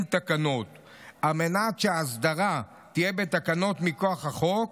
תקנות על מנת שהאסדרה תהיה בתקנות מכוח החוק.